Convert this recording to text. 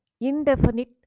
indefinite